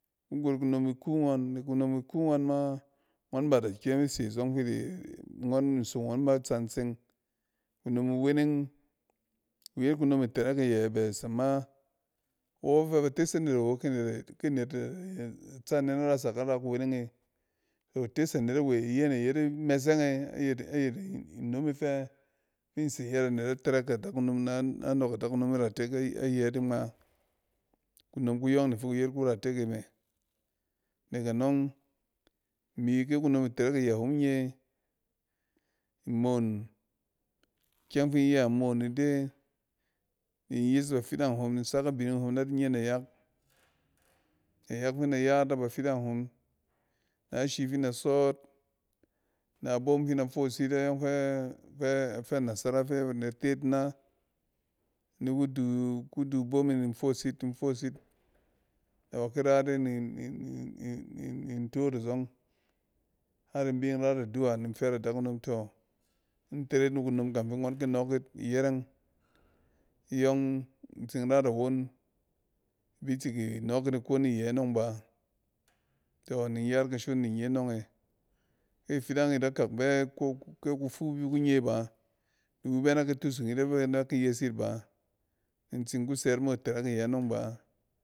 Ku got kunom iku ngɔn ba da kyem ise zɔng fi di ngɔn nsong ngɔn ma tsang tseng. Kunom iweneng kuyet kunom itɛrɛk iyɛ bɛs, ama wo bafɛ ba tes anet awo ke net tsane narak na ra ku weneng e. Tɔ ites anet awe iye ne iyet imɛsɛng e ayɛt inom e fɛ, fin se yɛt anet na tɛrɛk kɛ adakunom na nɔk adakunom iratek ayɛt e ngma. Kunom kuyɔng ne fi ku yet kuratek e me. Nek anɔng, imi ki kunom itɛrɛk iyɛ hon nye imoon, ikyɛng fin iya moon ide ni in yes bafidang hom ni in sak abining hom na di nye yit nayak. Nayak fi nda yat na ba fidang hom, na ashi fin da sɔɔt, na bom fi nda foos it ayɔng fɛ-ɛ-afɛ nasara fɛ banet tet ina niku du kudu abome ni in foos, yit, in foos yit. nɛ ba ki rayit e nin-nin-nin tot a zɔng har in bin ray it aduwa nin fɛt adakunom tɔ. Intere yit ni kunom kang fi ngɔn ki nɔɔk yit iyɛrɛng, iyɔng in tsin ray it awon i bi ti ki nɔɔk yit iko ni yɛ nɔng ba. Tɔ ni in yar kashon ni nye anɔng e. Ke a fidang yit akak bɛ kɛ-ko kufu bi kun ye ba, niwu bɛ naki tusung yit fok na i yes yit ba ni in tsin ku sɛ yit mo itɛrɛk iyɛ nɔng ba.